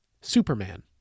Superman